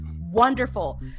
wonderful